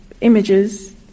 images